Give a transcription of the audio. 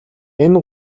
энэ